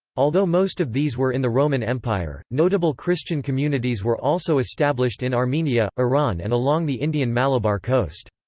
although most of these were in the roman empire, notable christian communities were also established in armenia, iran and along the indian malabar coast.